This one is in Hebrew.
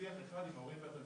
שיח אחד עם ההורים והתלמידים.